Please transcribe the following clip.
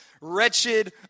wretched